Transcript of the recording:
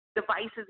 devices